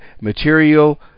material